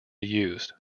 used